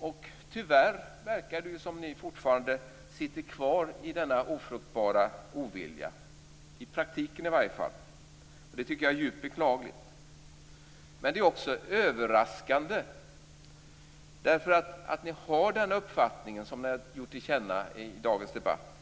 Och tyvärr verkar det som att ni i praktiken fortfarande sitter kvar i denna ofruktbara ovilja, och det tycker jag är djupt beklagligt. Det är också överraskande att ni har den uppfattningen som ni har givit till känna i dagens debatt.